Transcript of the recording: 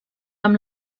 amb